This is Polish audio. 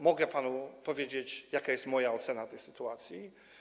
Mogę panu powiedzieć, jaka jest moja ocena tej sytuacji.